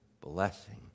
blessing